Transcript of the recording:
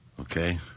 Okay